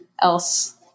else